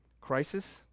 crisis